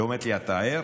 היא אומרת לי: אתה ער?